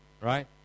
Right